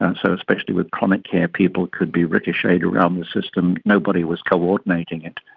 um so especially with chronic care people could be ricocheted around the system, nobody was coordinating it.